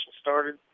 started